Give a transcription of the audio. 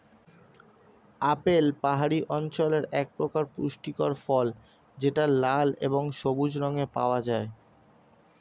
apple পাহাড়ি অঞ্চলের একপ্রকার পুষ্টিকর ফল যেটা লাল এবং সবুজ রঙে পাওয়া যায়